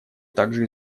также